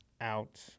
out